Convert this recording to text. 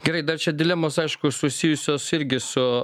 gerai dar čia dilemos aišku susijusios irgi su